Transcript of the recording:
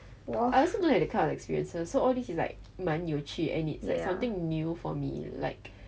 I also don't have that kind of experiences so all this is like 蛮有趣 and it's like something new for me like